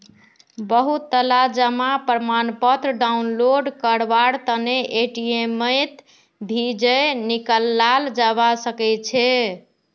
बहुतला जमा प्रमाणपत्र डाउनलोड करवार तने एटीएमत भी जयं निकलाल जवा सकछे